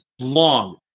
long